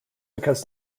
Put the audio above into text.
because